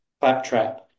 claptrap